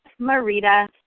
Marita